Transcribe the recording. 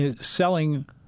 selling